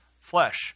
Flesh